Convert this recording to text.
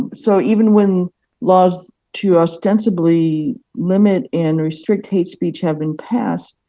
um so even when laws to ostensibly limit and restrict hate speech have been passed,